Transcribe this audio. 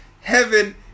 Heaven